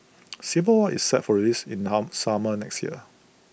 civil war is set for release in harm summer next year